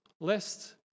lest